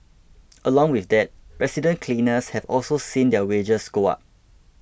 along with that resident cleaners have also seen their wages go up